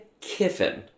Kiffin